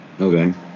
Okay